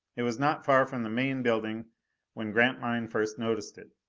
it was not far from the main building when grantline first noticed it.